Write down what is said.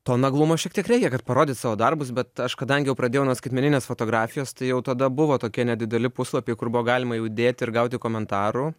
to naglumo šiek tiek reikia kad parodyt savo darbus bet aš kadangi jau pradėjau nuo skaitmeninės fotografijos tai jau tada buvo tokie nedideli puslapiai kur buvo galima jau dėti ir gauti komentarų